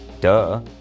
duh